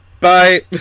bye